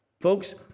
Folks